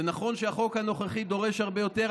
זה נכון שהחוק הנוכחי דורש הרבה יותר,